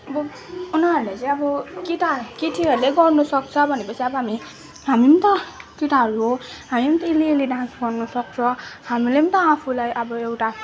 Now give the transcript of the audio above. अब उनीहरूलाई चाहिँ अब केटा केटीहरूले गर्नुसक्छ भनेपछि अब हामी हामी पनि त केटाहरू हो हामी पनि त अलिअलि डान्स गर्नुसक्छ हामीले पनि त आफूलाई अब एउटा